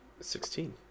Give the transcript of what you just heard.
Sixteen